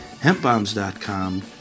HempBombs.com